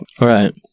Right